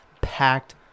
packed